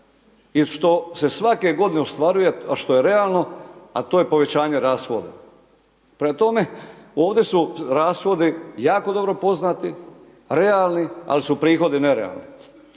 i štose svake g. ostvaruje a što je realno, a to je povećanje rashoda. Prema tome, ovdje su rashodi, jako dobro poznati, prema tome ovdje su rashodi jako